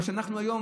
מה שהיום,